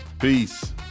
Peace